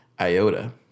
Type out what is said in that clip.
IOTA